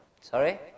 sorry